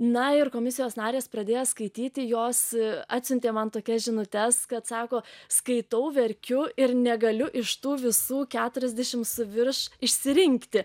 na ir komisijos narės pradėjo skaityti jos atsiuntė man tokias žinutes kad sako skaitau verkiu ir negaliu iš tų visų keturiasdešimt su virš išsirinkti